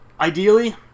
Ideally